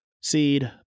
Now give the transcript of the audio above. seed